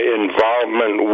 involvement